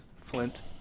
Flint